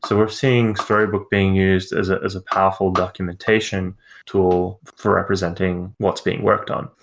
so we're seeing storybook being used as ah as a powerful documentation tool for representing what's being worked on,